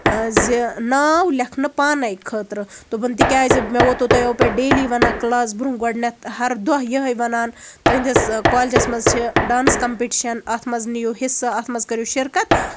زِ ناو لیٚکھنہٕ پانَے خٲطرٕ دوٚپُن تِکیازِ مےٚ ووتوٕ تۄہہِ یَو ڈیلی وَنان کٔلاس برونہہ گۄڈٕنیتھ ہَر دۄہ یِہوے وَنان تُہُندِس کالیجَس منٛز چھِ ڈانَس کَمپِٹشَن اَتھ منٛز نِیو حِصہٕ اَتھ منٛز کٔریو شِرکَت